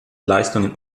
leistungen